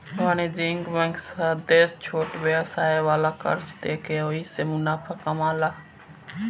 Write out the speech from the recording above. वाणिज्यिक बैंक ज्यादे छोट व्यवसाय वाला के कर्जा देके ओहिसे मुनाफा कामाला